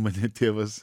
mane tėvas